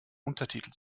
untertitel